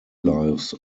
lifes